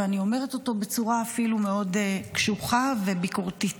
ואני אומרת אותו אפילו בצורה מאוד קשוחה וביקורתית.